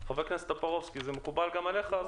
חבר הכנסת טופורובסקי, זה מקובל גם עליך?